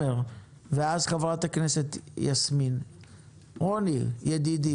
חברת הכנסת יסמין פרידמן, בבקשה.